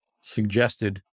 suggested